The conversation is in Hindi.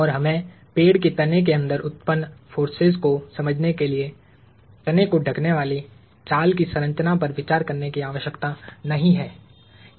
और हमें पेड़ के तने के अंदर उत्पन्न फोर्सेज को समझने के लिए मुझे तने को ढकने वाली छाल की संरचना पर विचार करने की आवश्यकता नहीं है